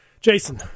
Jason